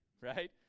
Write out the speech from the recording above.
right